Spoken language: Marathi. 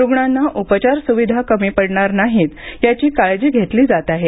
रुग्णांना उपचार सुविधा कमी पडणार नाहीत याची काळजी घेतली जात आहे